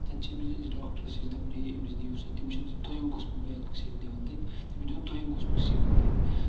تَتہِ چھِ أمِس أسۍ ڈاکٹرس أسۍ دَپان ہے أمِس دِیِو سۭتۍ تٔمِس چھِ دۄیو قٕسمُک ویکسیٖن دِوان تَتہِ تٔمِس دِوان دۄیو قٕسمُک سیٖمَن تَتہِ